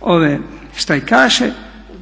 ove štrajkaše,